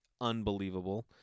unbelievable